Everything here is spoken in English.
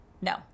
No